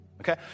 Okay